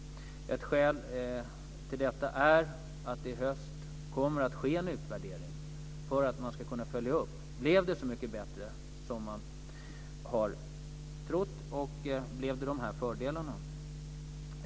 Ett skäl till det är att det i höst kommer att ske en utvärdering för att man ska kunna följa upp om det blev så mycket bättre som man hade trott och om det blev de fördelarna.